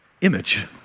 image